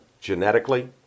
genetically